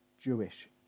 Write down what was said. jewish